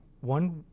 one